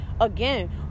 again